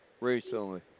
Recently